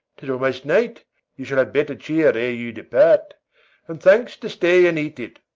tis almost night you shall have better cheer ere you depart, and thanks to stay and eat it.